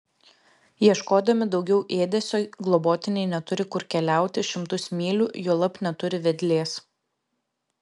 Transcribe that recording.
ieškodami daugiau ėdesio globotiniai neturi kur keliauti šimtus mylių juolab neturi vedlės